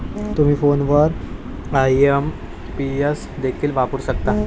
तुम्ही फोनवर आई.एम.पी.एस देखील वापरू शकता